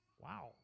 Wow